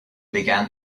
began